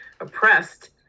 oppressed